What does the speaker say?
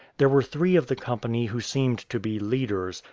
there were three of the company who seemed to be leaders,